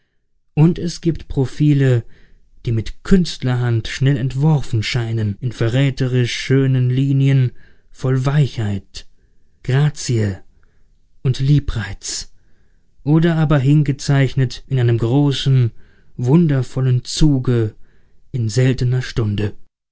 und es gibt profile die mit künstlerhand schnell entworfen scheinen in verräterisch schönen linien voll weichheit grazie und liebreiz oder aber hingezeichnet in einem großen wundervollen zuge in seltener stunde